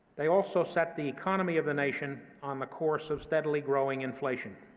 they also set the economy of the nation on the course of steadily growing inflation.